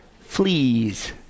fleas